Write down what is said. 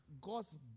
God's